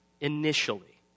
initially